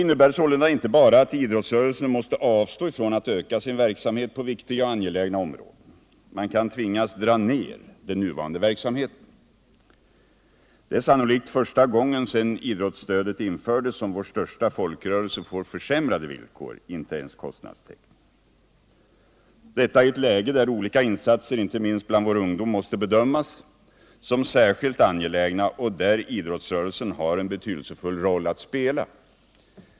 Idrottsrörelsen får nu inte bara avstå från att öka sin verksamhet på viktiga och angelägna områden utan kan också tvingas att dra ner den nuvarande verksamheten. Det är sannolikt första gången sedan idrottsstödet infördes som vår största folkrörelse får försämrade villkor, dvs. inte ens kostnadstäckning — och detta i ett läge där olika insatser bland inte minst vår ungdom måste bedömas som särskilt angelägna och där idrottsrörelsen har en betydelsefull roll att spela.